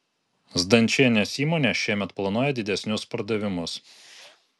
zdančienės įmonė šiemet planuoja didesnius pardavimus